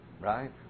Right